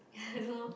yeah lor